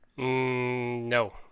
No